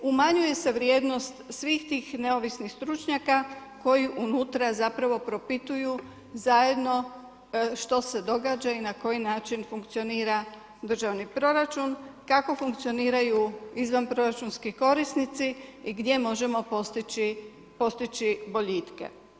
Umanjuje se vrijednost svih tih neovisnih stručnjaka koji unutra propituju zajedno što se događa i na koji način funkcionira državni proračun, kako funkcioniraju izvanproračunski korisnici i gdje možemo postići boljitke.